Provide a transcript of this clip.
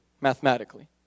mathematically